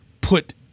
Put